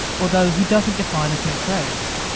although he doesn't define as mixed race.